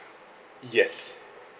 yes